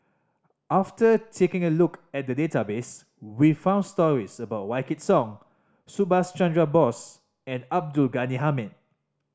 after taking a look at the database we found stories about Wykidd Song Subhas Chandra Bose and Abdul Ghani Hamid